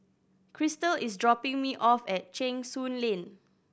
Krystle is dropping me off at Cheng Soon Lane